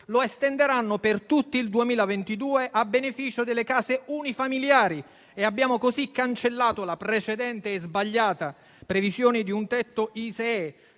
lo estenderanno per tutto il 2022 a beneficio delle case unifamiliari. Abbiamo così cancellato la precedente e sbagliata previsione di un tetto ISEE,